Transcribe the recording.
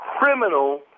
criminal